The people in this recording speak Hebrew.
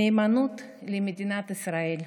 נאמנות למדינת ישראל.